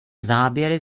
záběry